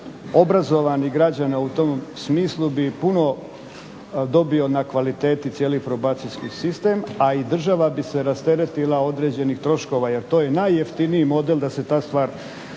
obrazovanih građana u tom smislu bi puno dobio na kvaliteti cijeli probacijski sistem a i država bi se rasteretila određenih troškova jer to je najjeftiniji model da se ta stvar